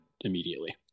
immediately